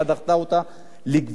ראינו את זה לפני כמה שבועות,